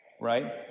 right